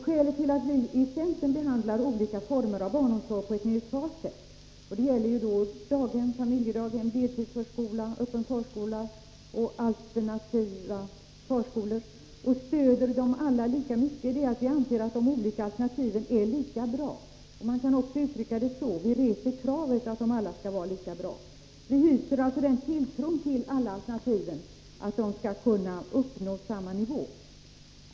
Skälet till att vi i centern behandlar olika former av barnomsorg på ett neutralt sätt — daghem, familjedaghem, deltidsförskola, öppen förskola och alternativa förskolor — och stöder dem alla lika mycket, är att vi anser att de olika alternativen är lika bra. Man kan också uttrycka det så, att vi reser kravet att de alla skall vara lika bra. Vi hyser alltså tilltro till alla alternativen — att de skall kunna nå samma nivå.